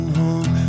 home